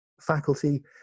faculty